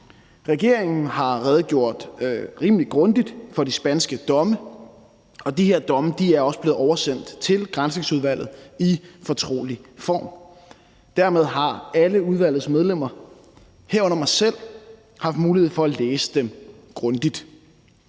Regeringen har redegjort rimelig grundigt for de spanske domme, og de her domme er også blevet oversendt til Granskningsudvalget i fortrolig form. Dermed har alle udvalgets medlemmer, herunder mig selv, haft mulighed for at læse dem grundigt.